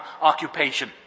occupation